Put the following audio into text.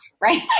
right